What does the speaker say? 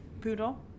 poodle